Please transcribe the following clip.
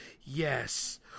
yes